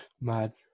Mad